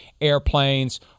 airplanes